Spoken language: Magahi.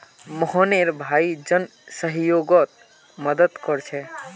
मोहनेर भाई जन सह्योगोत मदद कोरछे